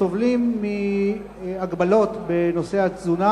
סובלים מהגבלות בנושא התזונה,